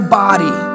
body